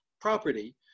property